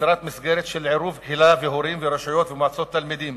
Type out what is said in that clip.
הכוונה ליצירת מסגרת של עירוב קהילה והורים ורשויות ומועצות תלמידים